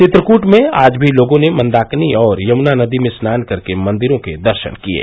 चित्रकूट में आज भी लोगों ने मंदाकिनी और यमुना नदी में स्नान कर के मंदिरों के दर्शन किये